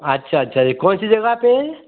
अच्छा अच्छा ये कौन सी जगह पर है